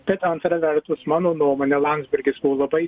bet antra vertus mano nuomone landsbergis nu labai